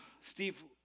Steve